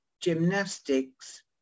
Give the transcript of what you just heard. gymnastics